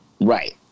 right